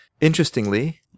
interestingly